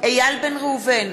איל בן ראובן,